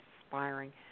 inspiring